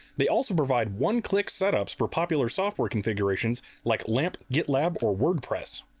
they also provide one-click setups for popular software configurations like lamp, gitlab, or wordpress.